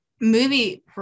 movie